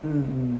mm mm